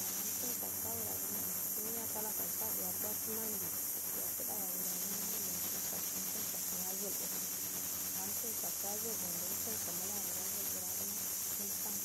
Ahh umtul safttun ah woro gummo duniya dala sa shadeya bass mandu yatuda yara gulmo andu umtul satul utul safttun yazulbbu ha umtul safttun zulubu unshingu mularangumo zulbu mulssan